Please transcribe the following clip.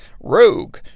Rogue